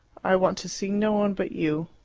i want to see no one but you.